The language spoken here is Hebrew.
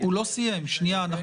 יש לנו